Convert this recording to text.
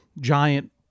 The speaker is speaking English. giant